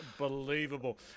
unbelievable